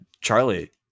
Charlie